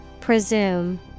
Presume